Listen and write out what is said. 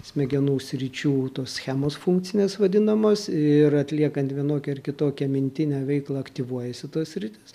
smegenų sričių tos schemos funkcinės vadinamos ir atliekant vienokią ar kitokią mintinę veiklą aktyvuojasi ta sritis